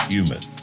Human